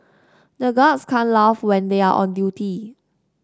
the guards can't laugh when they are on duty